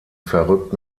verrückt